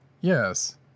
Yes